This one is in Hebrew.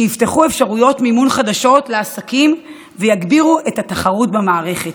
שיפתחו אפשרויות מימון חדשות לעסקים ויגבירו את התחרות במערכת.